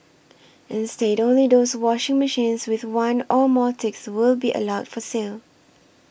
instead only those washing machines with one or more ticks will be allowed for sale